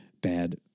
bad